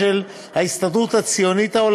"רציחתם".